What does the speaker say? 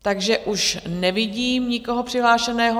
Takže už nevidím nikoho přihlášeného.